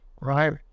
right